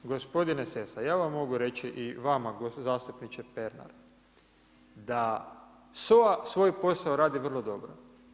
Gospodine Sessa, ja vam mogu reći i vama zastupniče Pernar, da SOA svoj posao radi vrlo dobro.